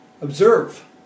Observe